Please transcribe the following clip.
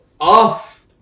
off